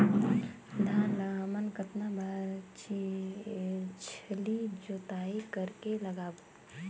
धान ला हमन कतना बार छिछली जोताई कर के लगाबो?